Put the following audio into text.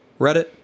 Reddit